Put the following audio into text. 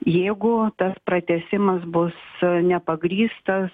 jeigu tas pratęsimas bus nepagrįstas